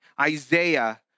Isaiah